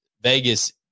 Vegas